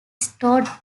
stored